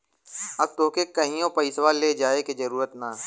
अब तोके कहींओ पइसवा ले जाए की जरूरत ना